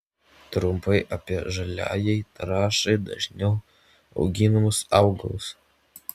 trumpai apie žaliajai trąšai dažniau auginamus augalus